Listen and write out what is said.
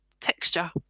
texture